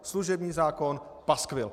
Služební zákon paskvil.